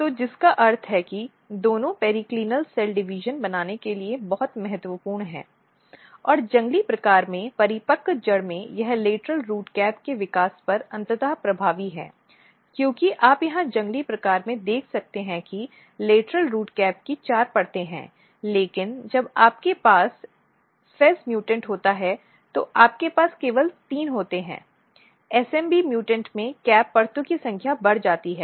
तो जिसका अर्थ है कि दोनों पेरिकिलिनल सेल डिवीजन बनाने के लिए बहुत महत्वपूर्ण हैं और जंगली प्रकार में परिपक्व जड़ में यह लेटरल रूट कैप के विकास पर अंततः प्रभावी है क्योंकि आप यहां जंगली प्रकार में देख सकते हैं कि लेटरल रूट कैपकी चार परतें हैं लेकिन जब आपके पास fez म्युटेंट होता है तो आपके पास केवल तीन होते हैं smb म्यूटेंट में कैप परतों की संख्या बढ़ जाती है